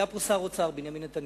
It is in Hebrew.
היה פה שר אוצר, בנימין נתניהו,